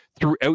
throughout